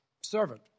servant